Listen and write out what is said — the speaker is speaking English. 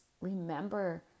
remember